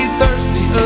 thirsty